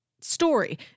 story